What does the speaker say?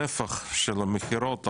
הנפח של המכירות החוצה,